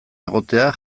egotea